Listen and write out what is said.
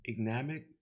ignamic